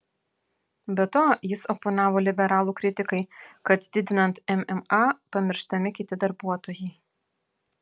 be to jis oponavo liberalų kritikai kad didinant mma pamirštami kiti darbuotojai